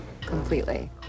completely